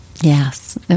Yes